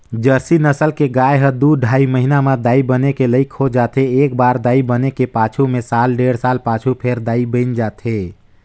Jersey नसल के गाय ह दू ढ़ाई महिना म दाई बने के लइक हो जाथे, एकबार दाई बने के पाछू में साल डेढ़ साल पाछू फेर दाई बइन जाथे